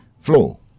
flow